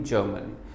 Germany